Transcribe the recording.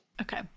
Okay